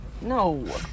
no